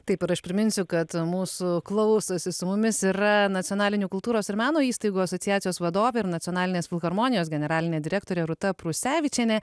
taip ir aš priminsiu kad mūsų klausosi su mumis yra nacionalinių kultūros ir meno įstaigų asociacijos vadovė ir nacionalinės filharmonijos generalinė direktorė rūta prusevičienė